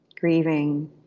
grieving